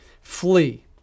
flee